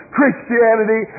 Christianity